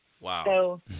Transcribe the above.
Wow